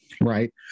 right